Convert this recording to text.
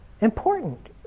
important